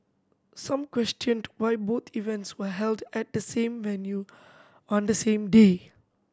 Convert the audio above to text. some questioned why both events were held at the same venue on the same day